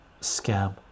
scam